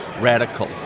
radical